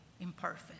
imperfect